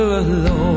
alone